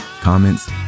comments